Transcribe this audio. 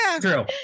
true